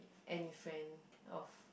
any friend of